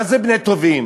מה זה בני טובים?